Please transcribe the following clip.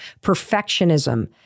perfectionism